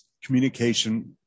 communication